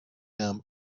them